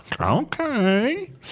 Okay